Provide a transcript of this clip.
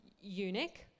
eunuch